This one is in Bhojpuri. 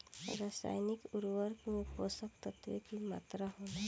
रसायनिक उर्वरक में पोषक तत्व की मात्रा होला?